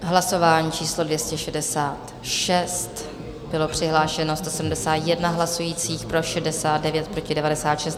Hlasování číslo 266, bylo přihlášeno 171 hlasujících, pro 69, proti 96.